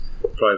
private